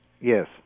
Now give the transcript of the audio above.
Yes